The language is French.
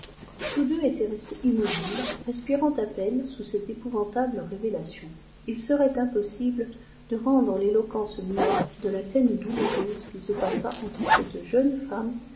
tous deux étaient restés immobiles respirant à peine sous cette épouvantable révélation il serait impossible de rendre l'éloquence muette de la scène douloureuse qui se passa entre cette jeune femme